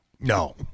No